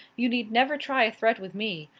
you need never try a threat with me.